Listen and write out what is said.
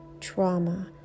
trauma